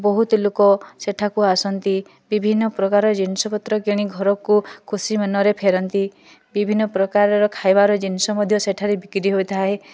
ବହୁତ ଲୋକ ସେଠାକୁ ଆସନ୍ତି ବିଭିନ୍ନ ପ୍ରକାର ଜିନିଷପତ୍ର କିଣି ଘରକୁ ଖୁସି ମନରେ ଫେରନ୍ତି ବିଭିନ୍ନ ପ୍ରକାରର ଖାଇବାର ଜିନିଷ ମଧ୍ୟ ସେଠାରେ ବିକ୍ରି ହୋଇଥାଏ